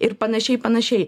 ir panašiai panašiai